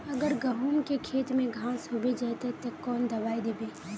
अगर गहुम के खेत में घांस होबे जयते ते कौन दबाई दबे?